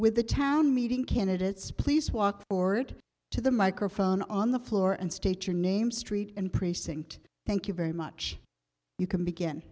with the town meeting candidates please walk forward to the microphone on the floor and state your name street and precinct thank you very much you can begin